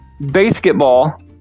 Basketball